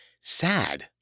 Sad